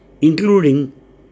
including